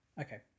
Okay